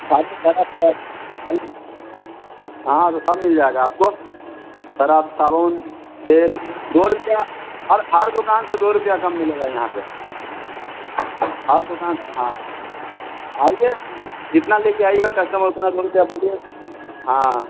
सारे Surf Surf hello हाँ तो सब मिल जाएगा आपको सरफ साबुन तेल दो रुपया हर हर दुकान से दो रुपया कम मिलेगा यहाँ पर हर दुकान हाँ आइए जितना लेकर आइएगा कश्टमर उतना दो रुपया बोलिए हाँ